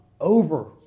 over